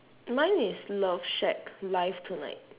mine is love shack live tonight